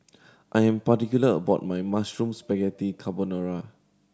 I'm particular about my Mushroom Spaghetti Carbonara